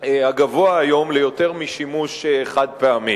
הגבוה היום ליותר משימוש חד-פעמי.